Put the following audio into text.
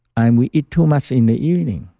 and we eat too much in the evening.